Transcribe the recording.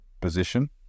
position